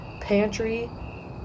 Pantry